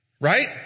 Right